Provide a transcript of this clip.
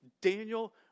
Daniel